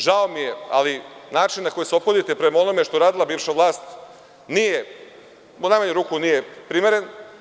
Žao mi je, ali način na koji se ophodite prema onome što je radila bivša vlast nije, u najmanju ruku, primeren.